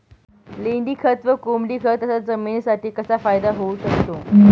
लेंडीखत व कोंबडीखत याचा जमिनीसाठी कसा फायदा होऊ शकतो?